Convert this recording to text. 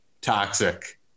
toxic